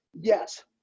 Yes